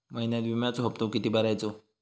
महिन्यात विम्याचो हप्तो किती भरायचो?